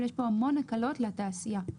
אבל יש פה המון הקלות לתעשייה.